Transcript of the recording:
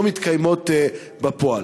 לא מתקיימים בפועל.